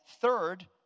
third